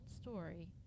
story